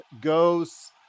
Ghosts